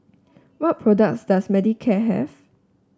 what products does Manicare have